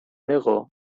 aragó